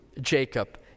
Jacob